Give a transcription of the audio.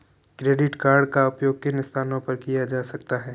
Credit card का उपयोग किन स्थानों पर किया जा सकता है?